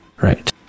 Right